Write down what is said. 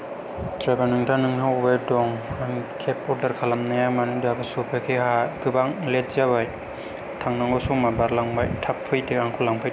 थ्रेबे नोंथां नों दा बबाव दं आं केब अरदार खालामनाया मानो दाबो सौफैयाखै आंहा गोबां लेट जाबाय थांनांगौ समा बारलांबाय थाब फैदो आंखौ लांफैदो